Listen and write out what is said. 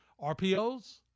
RPOs